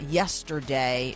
yesterday